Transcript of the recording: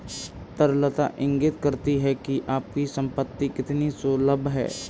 तरलता इंगित करती है कि आपकी संपत्ति कितनी सुलभ है